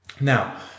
Now